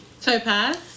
Topaz